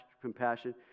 compassion